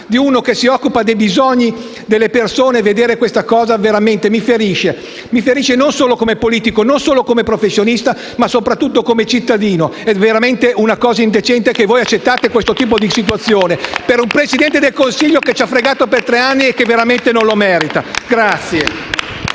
per uno che si occupa dei bisogni delle persone, veramente mi ferisce, non solo come politico, non solo come professionista, ma soprattutto come cittadino. È veramente indecente che accettiate questo tipo di situazione, per un Presidente del Consiglio ci ha fregato per tre anni e che veramente non lo merita.